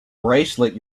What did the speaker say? bracelet